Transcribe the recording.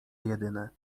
jedyne